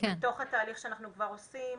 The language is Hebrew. בתוך התהליך שאנחנו כבר עושים.